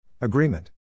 Agreement